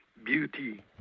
beauty